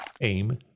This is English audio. aim